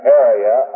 area